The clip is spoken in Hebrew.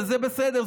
וזה בסדר,